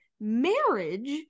marriage